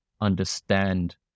understand